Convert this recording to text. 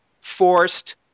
Forced